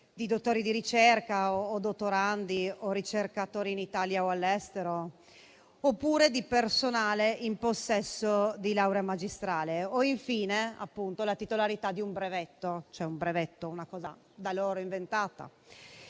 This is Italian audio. di dottori di ricerca, dottorandi o ricercatori in Italia o all'estero oppure di personale in possesso di laurea magistrale o, infine, la titolarità di un brevetto, cioè una cosa da loro inventata.